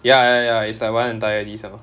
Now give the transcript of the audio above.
ya ya ya it's like one entire list lor